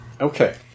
Okay